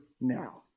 now